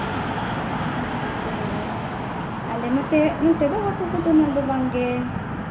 ᱡᱮᱛᱮ ᱨᱮᱜᱮ ᱟᱞᱮ ᱱᱚᱛᱮ ᱱᱚᱛᱮ ᱵᱟᱠᱚ ᱠᱩᱴᱟᱹᱢ ᱩᱱᱟᱹᱜ ᱫᱚ ᱵᱟᱝᱜᱮ